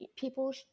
people